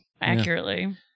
accurately